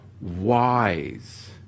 wise